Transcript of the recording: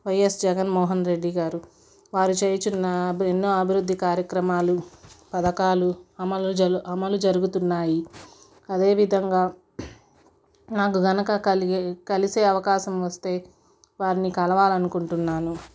YS Jaganmohan Reddy గారు వారు చేయుచున్న ఎన్నో అభివృద్ధి కార్యక్రమాలు పథకాలు అమలు జరు అమలు జరుగుతున్నాయి అదేవిధంగా నాకు కనుక కలిగే కలిసే అవకాశం వస్తే వారిని కలవాలనుకుంటున్నాను